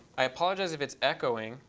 i apologize if it's echoing.